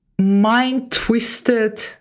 mind-twisted